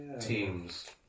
teams